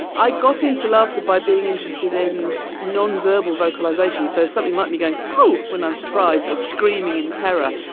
i got into laughter by being interested in nonverbal vocalizations, so something like me going oh when i'm surprised or screaming in terror.